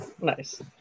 Nice